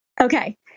Okay